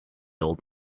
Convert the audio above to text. old